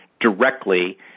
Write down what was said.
directly